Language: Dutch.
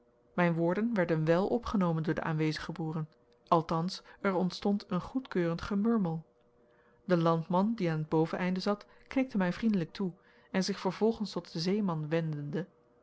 mijn woorden werden wel opgenomen door de aanwezige boeren althans er ontstond een goedkeurend gemurmel de landman die aan het boveneinde zat knikte mij vriendelijk toe en zich vervolgens tot den zeeman wendende